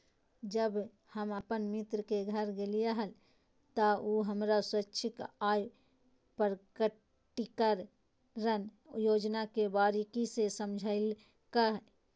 जब हम अपन मित्र के घर गेलिये हल, त उ हमरा स्वैच्छिक आय प्रकटिकरण योजना के बारीकि से समझयलकय